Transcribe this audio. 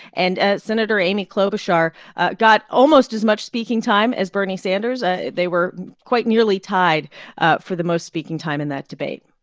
and ah senator amy klobuchar got almost as much speaking time as bernie sanders. ah they were quite nearly tied ah for the most speaking time in that debate